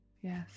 Yes